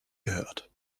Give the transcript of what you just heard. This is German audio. gehört